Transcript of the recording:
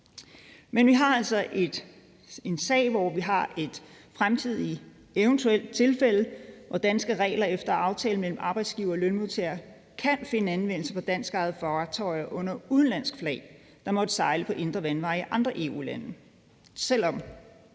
Vi har altså en sag, hvor vi har et fremtidigt eventuelt tilfælde og danske regler efter aftale mellem en arbejdsgiver og lønmodtager kan finde anvendelse på danskejede fartøjer under udenlandsk flag, der måtte sejle på indre vandveje i andre EU-lande,